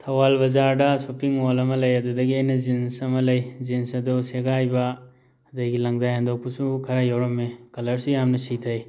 ꯊꯧꯕꯥꯜ ꯕꯖꯥꯔꯗ shopping mall ꯑꯃ ꯂꯩ ꯑꯗꯨꯗꯒꯤ ꯑꯩꯅ ꯖꯤꯟꯁ ꯑꯃ ꯂꯩ ꯖꯤꯟꯁ ꯑꯗꯨ ꯁꯦꯒꯥꯏꯕ ꯑꯗꯒꯤ ꯂꯡꯗꯥꯏ ꯍꯟꯗꯣꯛꯄꯁꯨ ꯈꯔ ꯌꯥꯎꯔꯝꯃꯦ ꯀꯂꯔꯁꯨ ꯌꯥꯝꯅ ꯁꯤꯊꯩ